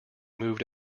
moved